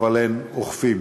אבל אין אוכפים.